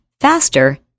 faster